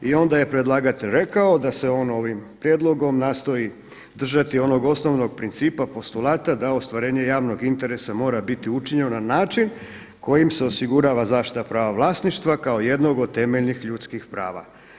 I onda je predlagatelj rekao da se on ovim prijedlogom nastoji držati onog osnovnog principa postulata da ostvarenje javnog interesa mora biti učinjeno na način kojim se osigurava zaštita prava vlasništva kao jednog od temeljnih ljudskih prava.